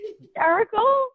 hysterical